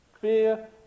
fear